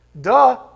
Duh